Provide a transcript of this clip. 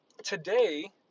Today